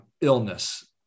illness